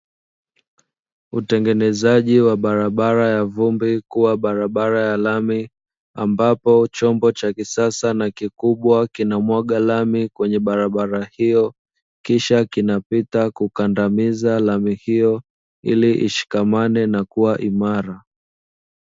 Utengenezaji wa barabara ya vumbi kuwa barabara ya lami, ambapo chombo cha kisasa na kikubwa kinamwaga lami kwenye barabara hiyo, kisha kinapita kukandamiza lami hiyo ili ishikamane na kuwa imara.